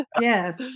Yes